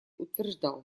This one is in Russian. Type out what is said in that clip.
утверждал